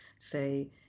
say